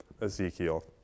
Ezekiel